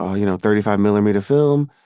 ah you know, thirty five millimeter film,